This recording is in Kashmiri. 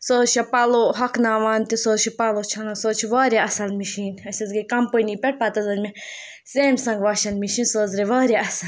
سُہ حظ چھےٚ پَلو ہۄکھناوان تہِ سُہ حظ چھِ پَلو چھَلان سُہ حظ چھِ واریاہ اَصٕل مِشیٖن أسۍ حظ گٔیٚے کَمپٔنی پٮ۪ٹھ پَتہٕ حظ أنۍ مےٚ سیمسنٛگ واشَل مِشیٖن سُہ حظ درٛاے واریاہ اَصٕل